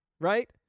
right